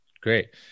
Great